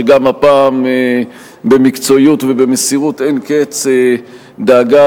שגם הפעם במקצועיות ובמסירות אין-קץ דאגה